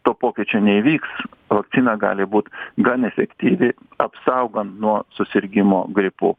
to pokyčio neįvyks vakcina gali būt gan efektyvi apsaugant nuo susirgimo gripu